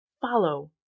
follow